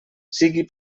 sigui